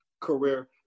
career